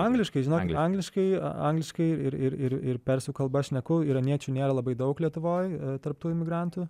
angliškai žinok angliškai angliškai ir ir ir persų kalba šneku iraniečių nėra labai daug lietuvoj tarp tų imigrantų